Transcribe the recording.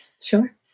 Sure